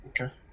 Okay